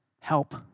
Help